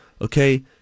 Okay